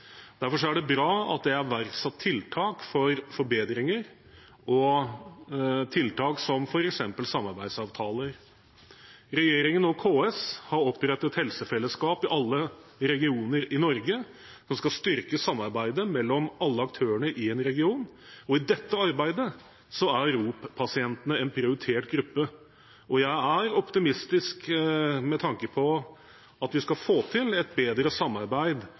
Derfor er det bra at det er iverksatt tiltak for forbedringer, som f.eks. samarbeidsavtaler. Regjeringen og KS har opprettet helsefellesskap i alle regioner i Norge, som skal styrke samarbeidet mellom alle aktørene i en region. I dette arbeidet er ROP-pasientene en prioritert gruppe. Jeg er optimistisk med tanke på at vi skal få til et bedre samarbeid,